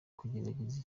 kugerageza